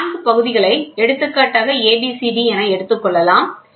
அந்த நான்கு பகுதிகளை எடுத்துக்காட்டாக ABCD என எடுத்து கொள்ளலாம்